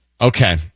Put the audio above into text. Okay